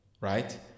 right